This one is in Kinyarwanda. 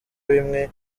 bimwe